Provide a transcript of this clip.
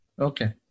Okay